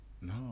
No